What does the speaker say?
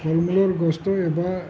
ফল মূলৰ গছটো এবাৰ